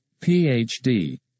Ph.D